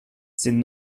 sind